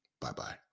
Bye-bye